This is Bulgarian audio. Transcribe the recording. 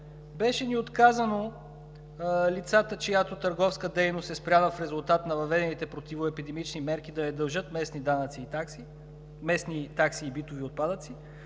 Беше ни отказано лицата, чиято търговска дейност е спряна в резултат на въведените противоепидемични мерки, да не дължат местни такси и битови отпадъци,